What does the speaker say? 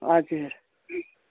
हजुर